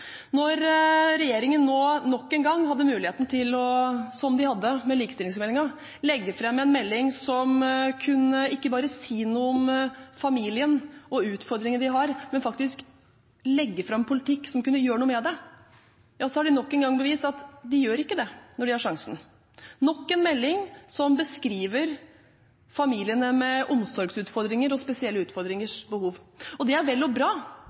Når regjeringen nå nok en gang hadde muligheten, som de hadde med likestillingsmeldingen, til å legge fram en melding som ikke bare kunne si noe om familien og utfordringene de har, men faktisk legge fram politikk som kunne gjøre noe med det, har de nok en gang bevist at de ikke gjør det når de har sjansen. Nok en melding som beskriver familiene med omsorgsutfordringer og spesielle utfordringers behov, det er vel og bra.